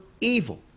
evil